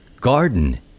garden